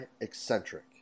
Eccentric